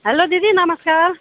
hello दिदी नमस्कार